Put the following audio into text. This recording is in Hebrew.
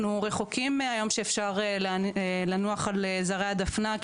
אנחנו רחוקים מהיום שאפשר לנוח על זרי הדפנה,